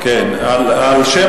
לשם